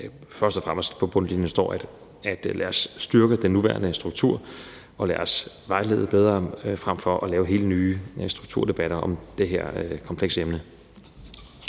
Først og fremmest står der på bundlinjen: Lad os styrke den nuværende struktur og lad os vejlede bedre frem for at have helt nye strukturdebatter om det her komplekse emne.